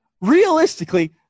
realistically